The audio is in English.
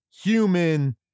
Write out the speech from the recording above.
human